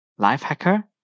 Lifehacker